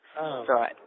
Right